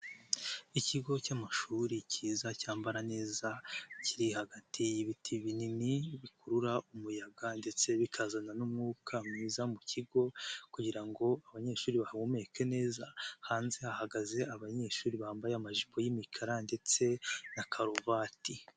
Ikigo cy'amashuri kiza cyambara neza, kiri hagati y'ibiti binini bikurura umuyaga ndetse bikazana n'umwuka mwiza mu kigo, kugira ngo abanyeshuri bahumeke neza. Hanze hahagaze abanyeshuri bambaye amajipo y'imikara ndetse na karuvati.